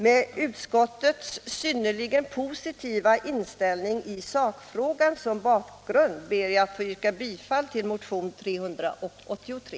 Med utskottets synnerligen positiva inställning i sakfrågan som bakgrund ber jag att få yrka bifall till motionen 383.